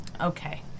Okay